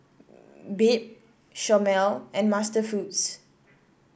Bebe Chomel and MasterFoods